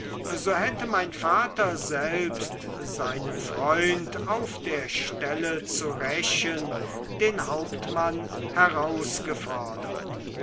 so hätte mein vater selbst seinen freund auf der stelle zu rächen den hauptmann herausgefordert